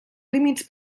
límits